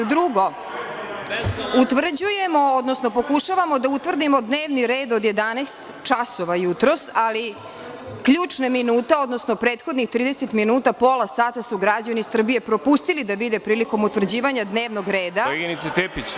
Drugo, utvrđujemo odnosno pokušavamo da utvrdimo dnevni red jutros od 11 časova, ali ključne minute, odnosno prethodnih 30 minuta su građani Srbije propustili da vide prilikom utvrđivanja dnevnog reda.